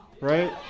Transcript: right